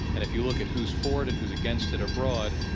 and if you look at who's for it, and who's against it abroad,